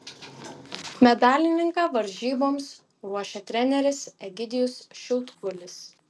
medalininką varžyboms ruošia treneris egidijus šiautkulis